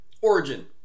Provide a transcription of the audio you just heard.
origin